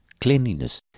cleanliness